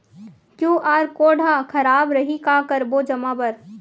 QR code हा खराब रही का करबो जमा बर?